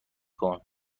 کرد